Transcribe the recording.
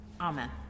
amen